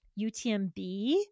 UTMB